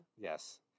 Yes